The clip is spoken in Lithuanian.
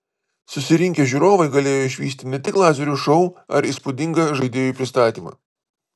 susirinkę žiūrovai galėjo išvysti ne tik lazerių šou ar įspūdingą žaidėjų pristatymą